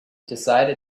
decided